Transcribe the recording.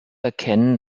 erkennen